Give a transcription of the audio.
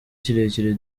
kirekire